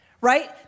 right